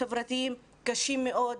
חברתיים קשים מאוד,